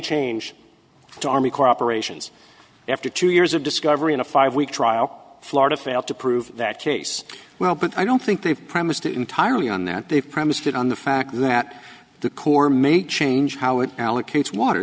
change to army corps operations after two years of discovery in a five week trial florida failed to prove that case well but i don't think they've promised it entirely on that they've promised it on the fact that the corps may change how it allocates water